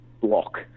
block